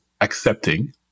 accepting